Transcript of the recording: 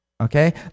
Okay